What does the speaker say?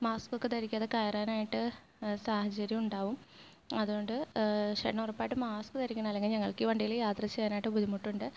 mask ഒക്കെ ധരിക്കാതെ കയറാനായിട്ട് സാഹചര്യം ഉണ്ടാവും അതുകൊണ്ട് ചേട്ടൻ ഉറപ്പായിട്ടും മാസ്ക് ധരിക്കണം അല്ലെങ്കിൽ ഞങ്ങള്ക്കീ വണ്ടിയിൽ യാത്ര ചെയ്യാനായിട്ട് ബുദ്ധിമുട്ടുണ്ട്